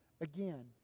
again